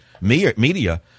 media